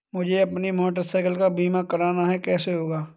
मुझे अपनी motorcycle का बीमा करना है कैसे होगा?